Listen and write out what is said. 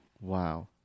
wow